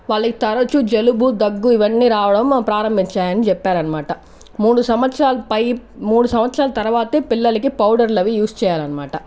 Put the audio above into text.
వాళ్ళకి తరచు జలుబు దగ్గు ఇవన్నీ రావడం ప్రారంభించాయి అని చెప్పారనమాట మూడు సంవత్సరాల పై మూడు సంవత్సరాల తర్వాతే పిల్లలకి పౌడర్లవి యూస్ చేయాలనమాట